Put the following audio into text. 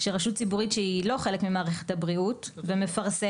שרשות ציבורית שהיא לא חלק ממערכת הבריאות ומפרסמת,